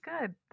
good